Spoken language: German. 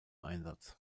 einsatz